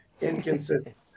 inconsistent